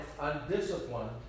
undisciplined